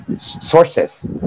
sources